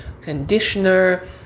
conditioner